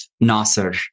Nasser